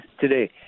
today